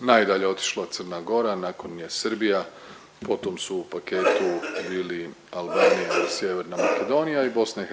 najdalje otišla Crna Gora, nakon nje Srbija, potom su u paketu bili Albanija i Sjeverna Makedonija i BiH